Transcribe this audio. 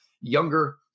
younger